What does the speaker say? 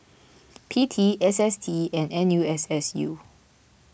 P T S S T and N U S S U